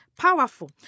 Powerful